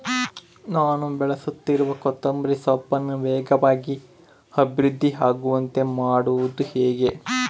ನಾನು ಬೆಳೆಸುತ್ತಿರುವ ಕೊತ್ತಂಬರಿ ಸೊಪ್ಪನ್ನು ವೇಗವಾಗಿ ಅಭಿವೃದ್ಧಿ ಆಗುವಂತೆ ಮಾಡುವುದು ಹೇಗೆ?